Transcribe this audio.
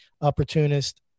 Opportunist